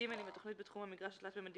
(ג)אם התכנית בתחום המגרש התלת-ממדי